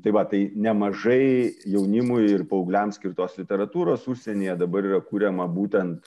tai va tai nemažai jaunimui ir paaugliams skirtos literatūros užsienyje dabar yra kuriama būtent